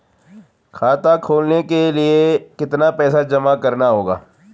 खाता खोलने के लिये कितना पैसा जमा करना होगा?